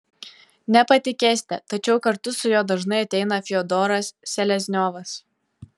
nepatikėsite tačiau kartu su juo dažnai ateina fiodoras selezniovas